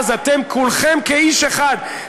אתם כולכם כאיש אחד,